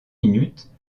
minutes